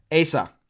Asa